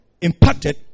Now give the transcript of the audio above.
impacted